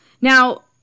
Now